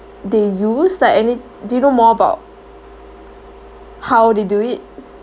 they use like any do you know more about how they do it